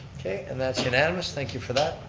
okay. and that's unanimous, thank you for that.